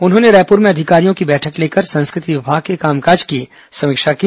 उन्होंने रायपुर में अधिकारियों की बैठक लेकर संस्कृति विभाग के कामकाज की समीक्षा की